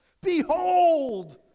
Behold